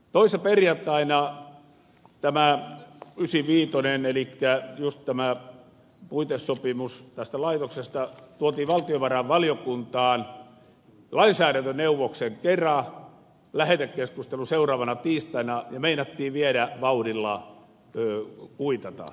toissa perjantaina tämä ysiviitonen elikkä juuri puitesopimus tästä laitoksesta tuotiin valtiovarainvaliokuntaan lainsäädäntöneuvoksen kera lähetekeskustelu oli seuraavana tiistaina ja meinattiin vielä vauhdilla kuitata